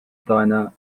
diner